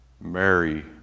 Mary